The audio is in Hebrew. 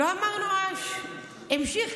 הוא המשיך,